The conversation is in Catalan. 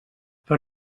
per